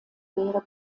lehre